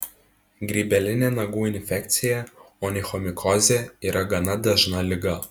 grybelinė nagų infekcija onichomikozė yra gana dažna liga